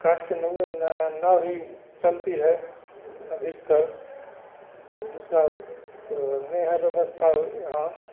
काठ के नऊवे नाव ही चलती है अधिकतर और दूसरा तो नहीं है व्यवस्था यहाँ